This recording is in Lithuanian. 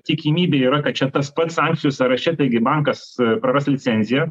tikimybė yra kad čia tas pats sankcijų sąraše taigi bankas praras licenziją